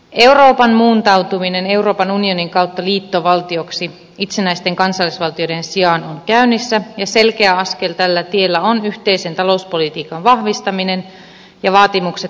euroopan muuntautuminen euroopan unionin kautta liittovaltioksi itsenäisten kansallisvaltioiden sijaan on käynnissä ja selkeä askel tällä tiellä on yhteisen talouspolitiikan vahvistaminen ja vaatimukset määräenemmistöpäätöksistä